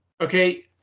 Okay